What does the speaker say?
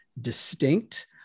distinct